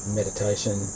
meditation